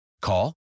Call